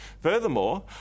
Furthermore